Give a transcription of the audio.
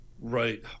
Right